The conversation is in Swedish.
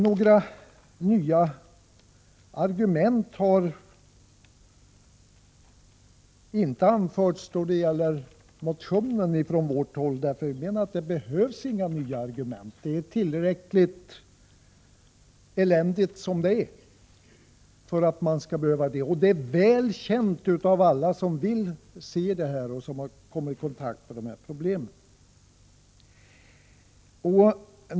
Några nya argument har inte framförts av oss då det gäller motionen. Vi anser att det inte behövs några nya argument. Det är tillräckligt eländigt som det är, och det är väl känt av alla som kommit i kontakt med de här problemen.